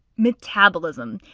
metabolism.